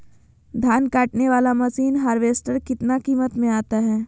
धान कटने बाला मसीन हार्बेस्टार कितना किमत में आता है?